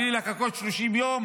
בלי לחכות 30 יום